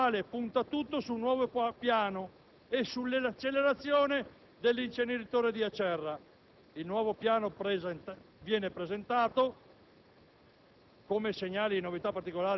Oggi la Campania avrebbe un sito in cui portare i suoi rifiuti e forse la telenovela avrebbe una certa fine.